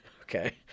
Okay